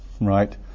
right